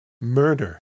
murder